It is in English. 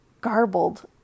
garbled